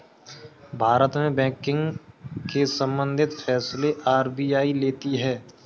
भारत में बैंकिंग से सम्बंधित फैसले आर.बी.आई लेती है